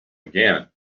again